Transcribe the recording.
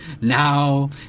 Now